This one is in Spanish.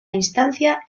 instancia